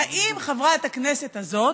האם חברת הכנסת הזאת,